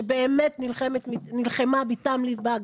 שבאמת נלחמה מדם ליבה,